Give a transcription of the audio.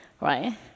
right